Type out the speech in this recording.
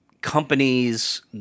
companies